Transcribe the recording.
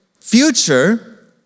future